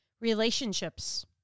relationships